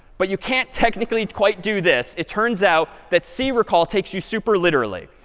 but you can't technically quite do this. it turns out that c, recall, takes you super literally.